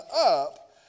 up